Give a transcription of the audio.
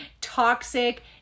toxic